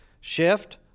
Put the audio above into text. Shift